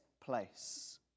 place